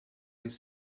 with